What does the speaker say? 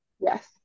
Yes